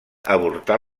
avortar